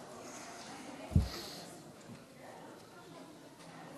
התנגדו להעברת ההצעה לסדר-היום